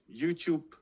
YouTube